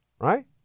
right